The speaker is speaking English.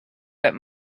that